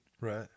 Right